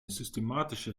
systematische